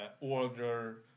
order